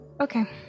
Okay